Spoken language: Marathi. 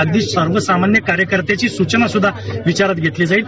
अगदी सर्वसामान्य कार्यकर्त्याची सूचना सुद्धा लक्षात घेतली जाईल